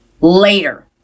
later